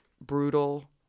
brutal